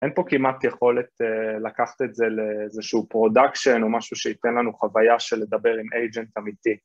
אין פה כמעט יכולת לקחת את זה לאיזשהו פרודקשן או משהו שייתן לנו חוויה של לדבר עם אייג'נט אמיתי.